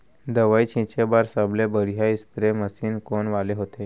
दवई छिंचे बर सबले बढ़िया स्प्रे मशीन कोन वाले होथे?